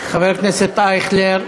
חבר הכנסת אייכלר.